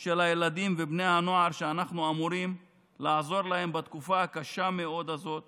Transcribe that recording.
של הילדים ובני הנוער שאנחנו אמורים לעזור להם בתקופה הקשה מאוד הזאת